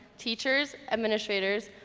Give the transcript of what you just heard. teachers, administrators,